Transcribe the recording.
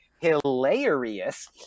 hilarious